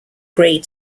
grade